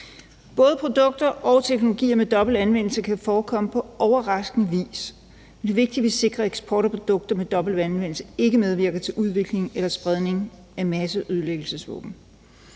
Både produkter og teknologier med dobbelt anvendelse kan forekomme på overraskende vis. Det er vigtigt, at vi sikrer, at eksport af produkter med dobbelt anvendelse ikke medvirker til udvikling eller spredning af masseødelæggelsesvåben.